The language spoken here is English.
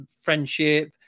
friendship